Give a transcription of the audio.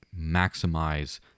maximize